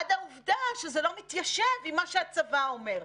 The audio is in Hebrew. עד העובדה שזה לא מתיישב עם מה שהצבא אומר.